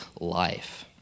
life